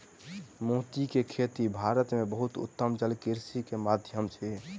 मोती के खेती भारत में बहुत उत्तम जलकृषि के माध्यम अछि